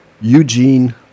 Eugene